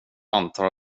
antar